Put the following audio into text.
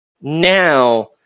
now